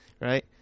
right